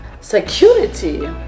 Security